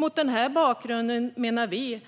Mot denna bakgrund är det viktigt, menar vi,